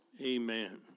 Amen